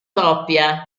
coppia